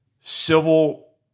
civil